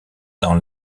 dans